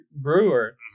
Brewer